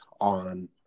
on